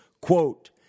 quote